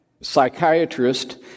psychiatrist